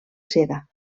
seda